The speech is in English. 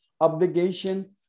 obligation